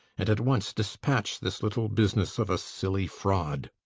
and at once dispatch this little business of a silly fraud.